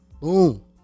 Boom